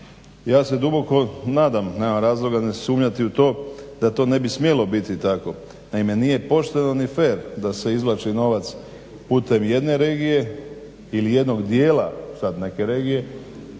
Ja se duboko nadam, nemam razloga sumnjati u to da to ne bi smjelo biti tako. Naime, nije pošteno ni fer da se izvlači novac putem jedne regije ili jednog dijela neke regije,